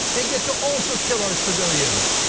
they get to also kill our civilians.